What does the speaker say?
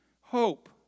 Hope